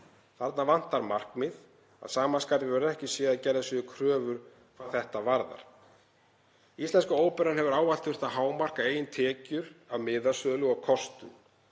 Þarna vantar markmið. Að sama skapi verður ekki séð að gerðar séu kröfur hvað þetta varðar. Íslenska óperan hefur ávallt þurft að hámarka eigin tekjur af miðasölu og kostum.